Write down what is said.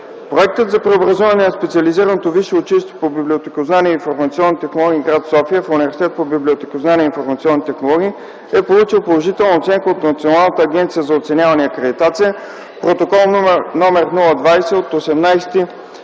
Проектът за преобразуване на Специализираното висше училище по библиотекознание и информационни технологии – гр. София, в Университет по библиотекознание и информационни технологии, е получил положителна оценка от Националната агенция за оценяване и акредитация – Протокол № 20 от 18